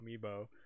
amiibo